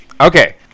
Okay